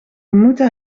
moeten